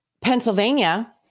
Pennsylvania